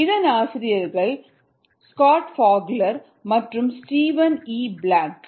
இதன் ஆசிரியர்கள் Scott Fogler மற்றும் ஸ்டீவன் இ லெப்ளாங்க்